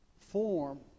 form